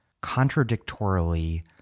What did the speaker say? contradictorily